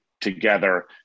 together